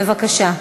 בבקשה.